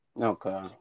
Okay